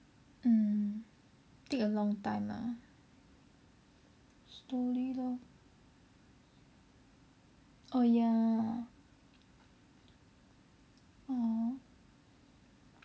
mm take a long time lah slowly lor oh ya !aww!